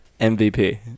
MVP